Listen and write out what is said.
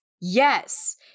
Yes